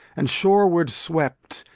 and shoreward swept,